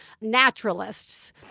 naturalists